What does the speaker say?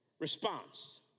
response